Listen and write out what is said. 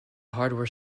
hardware